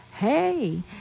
Hey